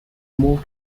more